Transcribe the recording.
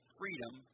freedom